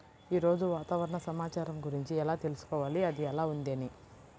ఈరోజు వాతావరణ సమాచారం గురించి ఎలా తెలుసుకోవాలి అది ఎలా ఉంది అని?